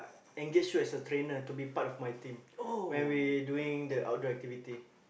engage you as a trainer to be part of my team when we doing the outdoor activity